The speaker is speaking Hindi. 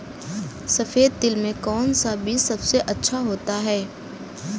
सफेद तिल में कौन सा बीज सबसे अच्छा होता है?